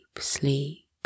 sleep